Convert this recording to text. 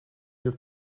your